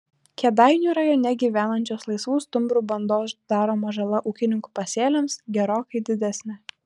kėdainių rajone gyvenančios laisvų stumbrų bandos daroma žala ūkininkų pasėliams gerokai didesnė